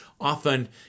often